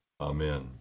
Amen